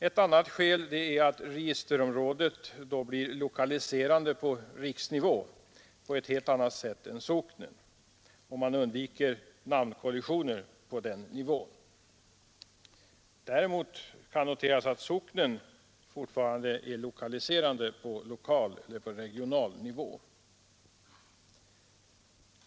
Ett annat skäl är att registerområdet blir lokaliserande på riksnivå på ett helt annat sätt än socknen, och man undviker namnkollisioner på den nivån. Däremot kan noteras att socknen fortfarande är lokaliserande på lokal eller regional nivå.